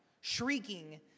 shrieking